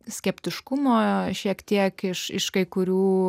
skeptiškumo šiek tiek iš kai kurių